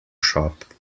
shop